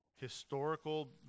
historical